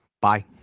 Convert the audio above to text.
Bye